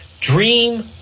dream